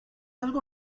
algo